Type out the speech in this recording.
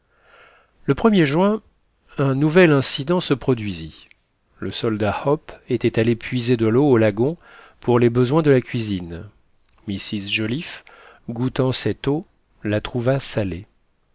le er juin un nouvel incident se produisit le soldat hope était allé puiser de l'eau au lagon pour les besoins de la cuisine mrs joliffe goûtant cette eau la trouva salée